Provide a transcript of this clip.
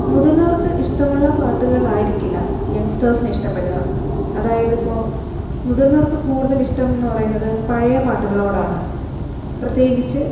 മുതിര്ന്നവര്ക്ക് ഇഷ്ടമുള്ള പാട്ടുകളായിരിക്കില്ല യങ്ങ്സ്റ്റെര്സിന് ഇഷ്ട്ടപ്പെടുക അതായത് ഇപ്പോൾ മുതിര്ന്നവര്ക്ക് കൂടുതൽ ഇഷ്ടം എന്നു പറയുന്നത് പഴയ പാട്ടുകളോടാണ് പ്രത്യേകിച്ച്